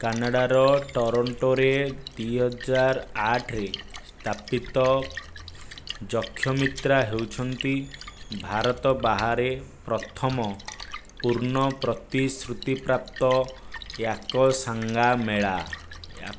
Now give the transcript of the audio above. କାନାଡାର ଟରୋଣ୍ଟୋରେ ଦୁଇ ହଜାର ଆଠ ରେ ସ୍ଥାପିତ ଯକ୍ଷମିତ୍ରା ହେଉଛନ୍ତି ଭାରତ ବାହାରେ ପ୍ରଥମ ପୂର୍ଣ୍ଣ ପ୍ରତିଶୃତି ପ୍ରାପ୍ତ ୟାକଶାଙ୍ଗା ମେଳା